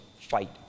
fight